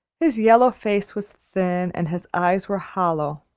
his yellow face was thin, and his eyes were hollow.